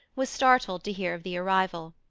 was startled to hear of the arrival.